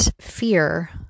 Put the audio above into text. fear